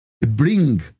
bring